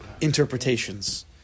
interpretations